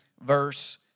verse